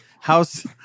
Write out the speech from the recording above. House